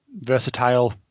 versatile